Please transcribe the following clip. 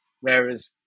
whereas